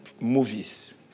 movies